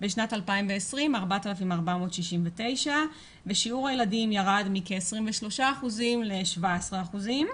בשנת 2020 4,469 ושיעור הילדים ירד מכ-23% ל-17%.